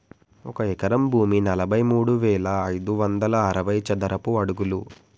ఒక ఎకరం భూమి నలభై మూడు వేల ఐదు వందల అరవై చదరపు అడుగులు